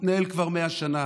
מתנהל כבר 100 שנה: